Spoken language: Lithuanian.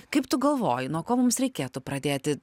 kaip tu galvoji nuo ko mums reikėtų pradėti